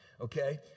Okay